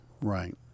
Right